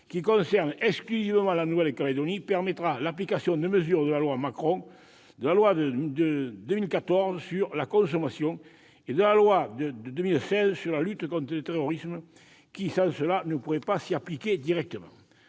concerne exclusivement la Nouvelle-Calédonie. Il permettra l'application de mesures de la loi Macron, de la loi de 2014 sur la consommation et de la loi de 2016 sur la lutte contre le terrorisme. Mon groupe apportera évidemment